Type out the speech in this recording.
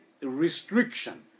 restriction